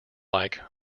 like